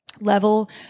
level